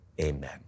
amen